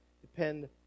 depend